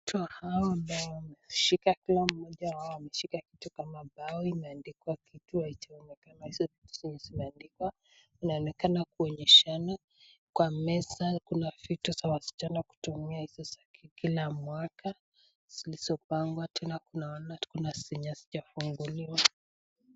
Watoto hawa ambao kila mmoja wao ameshika kitu kama bao imeandikwa kitu kisichoonekana. Hizo vitu ambazo zimeandikwa inaonekana kuonyeshana. Kwa meza kuna vitu vya wasichana kutumia hizo za kike kila mwaka zilizopangwa, tena kuna zenye hazijafunguliwa.